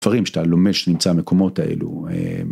דברים שאתה לומד כשאתה נמצא במקומות האלו...